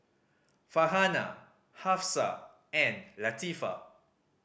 Farhanah Hafsa and Latifa